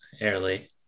early